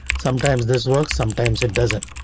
sometimes this works, sometimes it doesn't.